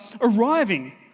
arriving